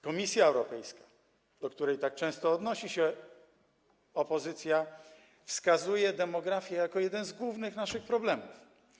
Komisja Europejska, do której tak często odnosi się opozycja, wskazuje demografię jako jeden z głównych naszych problemów.